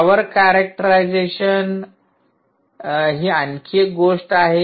power characterisation आणखी एक गोष्ट आहे